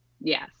Yes